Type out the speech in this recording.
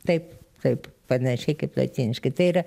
taip taip panašiai kaip lotyniškai tai yra